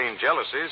jealousies